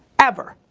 ever.